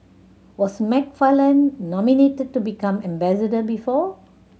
was McFarland nominated to become ambassador before